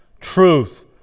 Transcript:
Truth